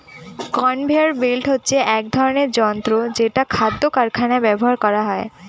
conveyor belt হচ্ছে এক ধরনের যন্ত্র যেটা খাদ্য কারখানায় ব্যবহার করা হয়